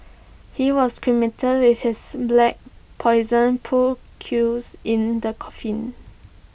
he was cremated with his black Poison pool cues in the coffin